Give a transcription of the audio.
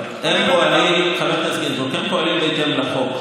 לא, חבר הכנסת גינזבורג, הם פועלים בהתאם לחוק.